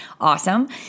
awesome